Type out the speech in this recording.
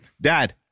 dad